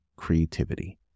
creativity